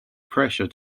pressure